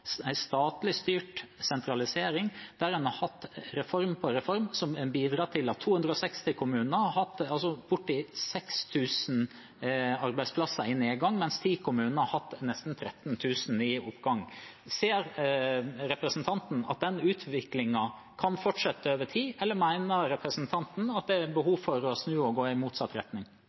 statlig styrt sentralisering, der en har hatt reform på reform, som har bidratt til at 260 kommuner har hatt bortimot 6 000 arbeidsplasser i nedgang, mens 10 kommuner har hatt nesten 13 000 i oppgang. Ser representanten at den utviklingen kan fortsette over tid, eller mener representanten at det er behov for å snu og gå i motsatt retning?